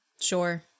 Sure